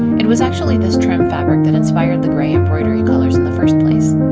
it was actually this trim fabric that inspired the grey embroidery colors in the first place.